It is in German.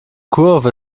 kurve